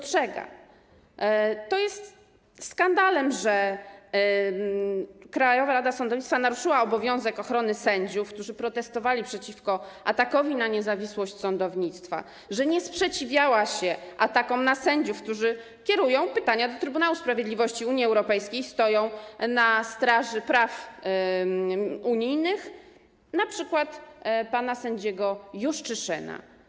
To jest skandal, że Krajowa Rada Sądownictwa naruszyła obowiązek ochrony sędziów, którzy protestowali przeciwko atakowi na niezawisłość sądownictwa, że nie sprzeciwiała się atakom na sędziów, którzy kierują pytania do Trybunału Sprawiedliwości Unii Europejskiej, stoją na straży praw unijnych, chodzi np. o pana sędziego Juszczyszyna.